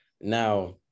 Now